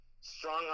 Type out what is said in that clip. strong